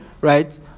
Right